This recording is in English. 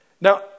Now